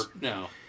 no